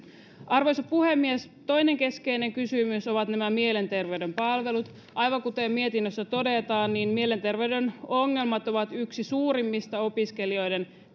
arvoisa puhemies toinen keskeinen kysymys ovat nämä mielenterveyden palvelut aivan kuten mietinnössä todetaan mielenterveyden ongelmat on yksi suurimmista opiskelijoiden